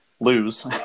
lose